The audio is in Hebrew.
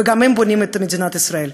וגם הם בונים את מדינת ישראל.